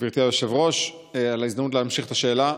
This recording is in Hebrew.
גברתי היושבת-ראש, על ההזדמנות להמשיך את השאלה.